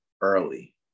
early